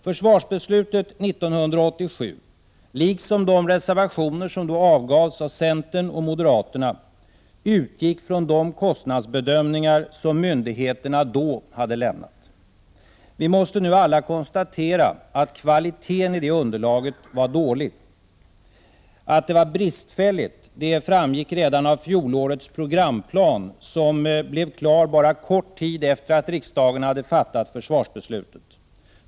Försvarsbeslutet 1987 — liksom de reservationer som då avgavs av centern och moderaterna — utgick från de kostnadsbedömningar som myndigheterna då hade lämnat. Vi måste nu alla konstatera att kvaliteten i det underlaget var dålig. Att det var bristfälligt framgick redan av fjolårets programplan som blev klar bara kort tid efter det att riksdagen hade fattat försvarsbeslutet.